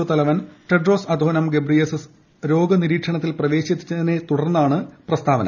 O തലവൻ Tedros Adhanom Ghebreyesus രോഗനിരീക്ഷണ ത്തിൽ പ്രവേശിച്ചതിനെ തുടർന്നാണ് പ്രസ്താവന